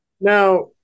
Now